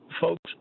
folks